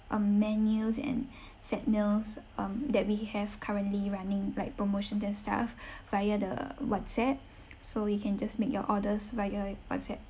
um menus and set meals um that we have currently running like promotion and stuff via the WhatsApp so you can just make your orders via WhatsApp